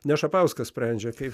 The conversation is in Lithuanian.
ne šapauskas sprendžia kaip